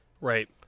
Right